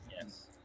Yes